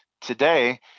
today